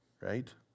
Right